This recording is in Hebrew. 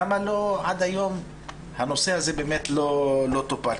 למה עד היום הנושא הזה לא טופל?